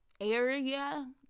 area